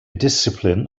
discipline